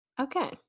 Okay